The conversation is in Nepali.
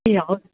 ए हवस्